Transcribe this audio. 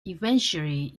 eventually